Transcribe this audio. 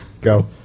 Go